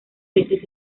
tesis